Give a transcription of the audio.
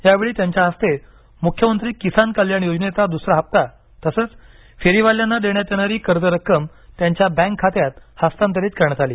यावेळी त्यांच्या हस्ते मुख्यमंत्री किसान कल्याण योजनेचा दूसरा हप्ता तसंच फेरीवाल्यांना देण्यात येणारी कर्ज रक्कम त्यांच्या बँक खात्यात हस्तांतरीत करण्यात आली